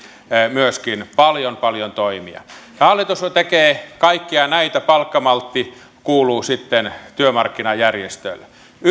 myöskin paljon paljon toimia ja hallitus tekee kaikkia näitä palkkamaltti kuuluu sitten työmarkkinajärjestöille